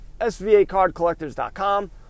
svacardcollectors.com